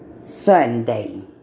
Sunday